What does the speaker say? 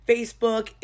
Facebook